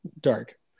dark